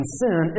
sin